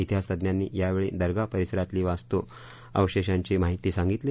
तिहासतज्ज्ञांनी यावेळी दर्गा परिसरातली वास्तू अवशेषांची माहिती सांगितली